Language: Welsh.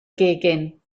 gegin